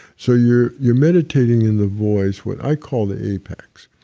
so you're you're meditating in the voice what i call the apex.